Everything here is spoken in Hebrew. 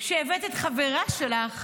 שהבאת את החברה שלך